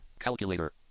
Calculator